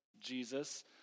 Jesus